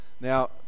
Now